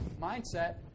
mindset